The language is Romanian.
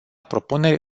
propuneri